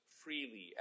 freely